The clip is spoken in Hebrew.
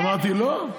אני אמרתי לא?